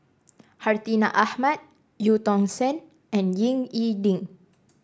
Hartinah Ahmad Eu Tong Sen and Ying E Ding